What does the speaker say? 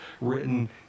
written